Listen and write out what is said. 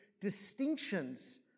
distinctions